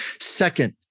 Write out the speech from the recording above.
Second